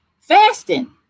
fasting